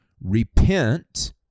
repent